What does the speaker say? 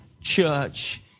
church